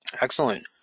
Excellent